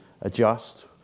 adjust